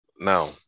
Now